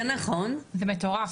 זה מטורף.